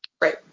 Right